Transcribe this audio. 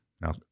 now